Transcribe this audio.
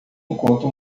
enquanto